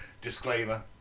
Disclaimer